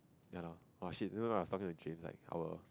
ya lor orh shit you know I was talking to James like our